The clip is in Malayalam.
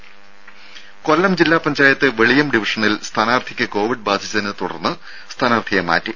രും കൊല്ലം ജില്ലാ പഞ്ചായത്ത് വെളിയം ഡിവിഷനിൽ സ്ഥാനാർത്ഥിക്ക് കോവിഡ് ബാധിച്ചതിനെ തുടർന്ന് സ്ഥാനാർത്ഥിയെ മാറ്റി